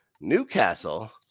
Newcastle